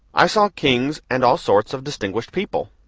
i saw kings and all sorts of distinguished people.